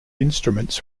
instruments